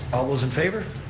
all those in favor?